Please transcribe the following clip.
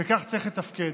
וכך צריך לתפקד.